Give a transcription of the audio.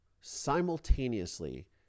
simultaneously